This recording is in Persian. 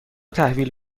تحویل